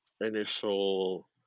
initial